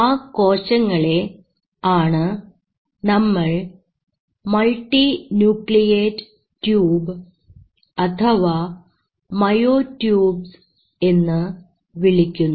ആ കോശങ്ങളെ ആണ് നമ്മൾ മൾട്ടിന്യൂക്രിയേറ്റ് ട്യൂബ്സ് അഥവാ മയോ ട്യൂബ്സ് എന്നു വിളിക്കുന്നത്